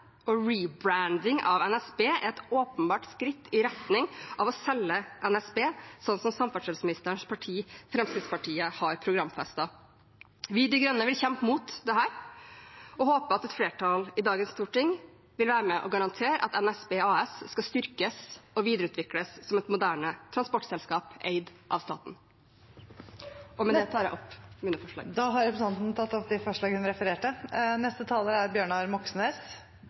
og «rebranding» av NSB er et åpenbart skritt i retning av å selge NSB, slik samferdselsministerens parti, Fremskrittspartiet, har programfestet. Vi i De Grønne vil kjempe mot dette og håper at et flertall i dagens storting vil være med og garantere at NSB AS skal styrkes og videreutvikles som et moderne transportselskap eid av staten. Med det tar jeg opp mine forslag på vegne av Miljøpartiet De Grønne. Representanten Une Bastholm har tatt opp de forslagene hun refererte til. Det er